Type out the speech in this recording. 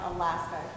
Alaska